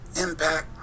impact